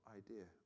idea